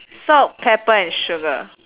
salt pepper and sugar